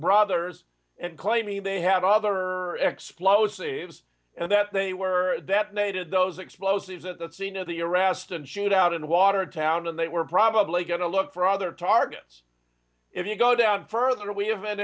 brothers and claiming they had other explosives and that they were detonated those explosives at the scene of the arrest and shootout in watertown and they were probably going to look for other targets if you go down further